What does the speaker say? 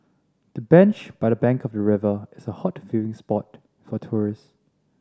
the bench by the bank of the river is a hot viewing spot for tourists